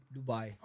Dubai